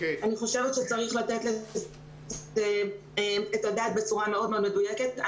אני חושבת שצריך לתת על זה את הדעת בצורה מאוד מאוד מדויקת.